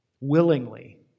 willingly